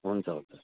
हुन्छ हुन्छ